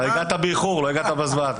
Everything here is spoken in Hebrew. אתה הגעת באיחור, לא הגעת בזמן.